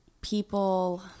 people